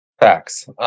Facts